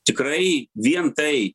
tikrai vien tai